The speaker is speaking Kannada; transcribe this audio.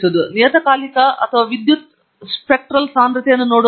ನಿಯತಕಾಲಿಕ ಅಥವಾ ವಿದ್ಯುತ್ ಸ್ಪೆಕ್ಟ್ರಲ್ ಸಾಂದ್ರತೆಯನ್ನು ನೋಡುವ ಮೂಲಕ